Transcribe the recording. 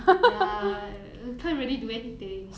ya uh can't really do anything